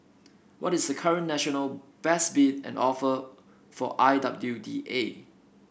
what is the current national best bid and offer for I W D A